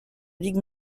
ligue